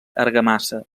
argamassa